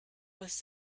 was